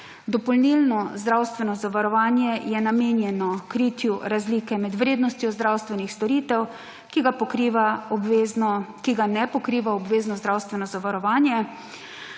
Dopolnilno zdravstveno zavarovanje je namenjeno kritju razlike med vrednostjo zdravstvenih storitev, ki ga pokriva obvezno, ki ga ne pokriva